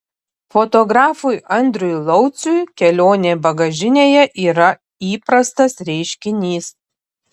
fotografui andriui lauciui kelionė bagažinėje yra įprastas reiškinys